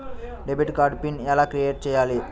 Debit card pin ఎలా create చెయ్యాలి?